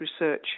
research